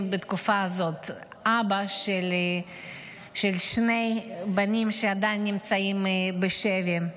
בתקופה הזאת: אבא של שני בנים שעדיין נמצאים בשבי,